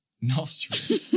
nostril